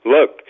Look